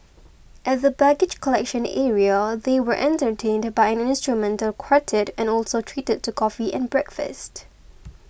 at the baggage collection area they were entertained by an instrumental quartet and also treated to coffee and breakfast